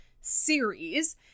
series